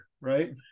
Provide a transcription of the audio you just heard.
right